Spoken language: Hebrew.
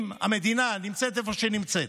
אם המדינה נמצאת איפה שהיא נמצאת,